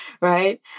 right